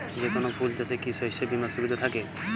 যেকোন ফুল চাষে কি শস্য বিমার সুবিধা থাকে?